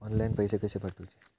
Online पैसे कशे पाठवचे?